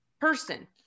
person